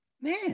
man